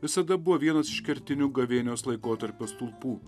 visada buvo vienas iš kertinių gavėnios laikotarpio stulpų